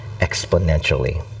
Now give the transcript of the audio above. exponentially